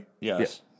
Yes